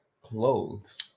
Clothes